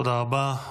תודה רבה.